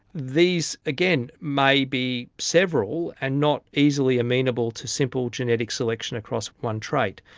these again may be several and not easily amenable to simple genetic selection across one trait.